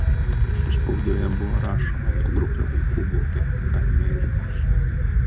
rusų spaudoje buvo rašoma jog grupė vaikų vogė kaime ėriukus